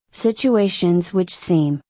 situations which seem,